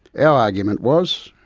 our argument was,